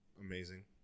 amazing